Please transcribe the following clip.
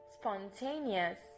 spontaneous